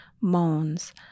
moans